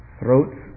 throats